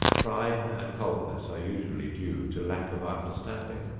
pride and coldness are usually due to lack of understanding,